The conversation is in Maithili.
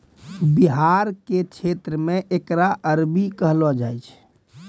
बिहार के क्षेत्र मे एकरा अरबी कहलो जाय छै